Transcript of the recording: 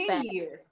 years